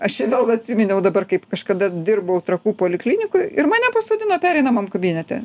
aš čia vėl atsiminiau dabar kaip kažkada dirbau trakų poliklinikoj ir mane pasodino pereinamam kabinete